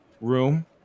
room